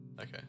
Okay